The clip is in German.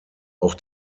auch